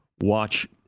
watch